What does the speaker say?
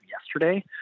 yesterday